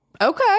Okay